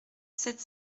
sept